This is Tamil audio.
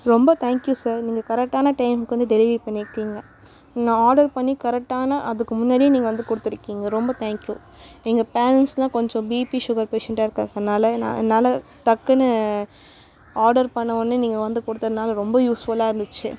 ரொம்ப தேங்க் யூ சார் நீங்கள் கரெக்டான டைமுக்கு வந்து டெலிவரி பண்ணி இருக்கீங்க நான் ஆர்டர் பண்ணி கரெக்டான அதுக்கு முன்னாடியே நீங்கள் வந்து கொடுத்துருக்கீங்க ரொம்ப தேங்க் யூ எங்கள் பேரண்ட்ஸுலாம் கொஞ்சம் பிபி சுகர் பேஷண்ட்டாக இருக்கிறதுனால நான் என்னால் டக்குனு ஆர்டர் பண்ண ஒடனே நீங்கள் வந்து கொடுத்ததுனால ரொம்ப யூஸ்ஃபுல்லாக இருந்திச்சு